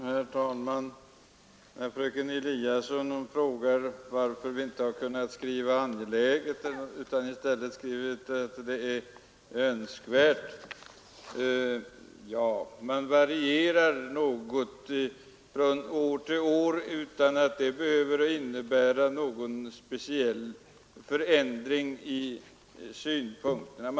Herr talman! Fröken Eliasson frågade varför utskottet inte kunnat skriva ”angelägen” utan i stället använt ordet ”önskvärd”. Ja, man varierar något från år till år utan att det behöver innebära någon speciell förändring i synpunkterna.